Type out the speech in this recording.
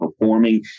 performing